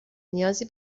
نیازی